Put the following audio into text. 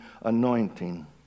anointing